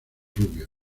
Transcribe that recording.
rubio